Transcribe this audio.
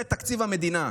זה תקציב המדינה.